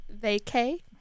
vacay